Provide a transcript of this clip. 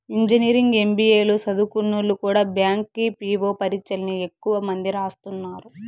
engineering, MBA లు సదుంకున్నోల్లు కూడా బ్యాంకి పీ.వో పరీచ్చల్ని ఎక్కువ మంది రాస్తున్నారు